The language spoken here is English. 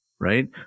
right